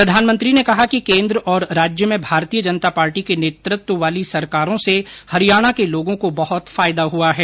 प्रधानमंत्री ने कहा कि केन्द्र और राज्य में भारतीय जनता पार्टी के नेतृत्व वाली सरकारों से हरियाणा के लोगों को बहुत फायदा हुआ है